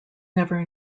never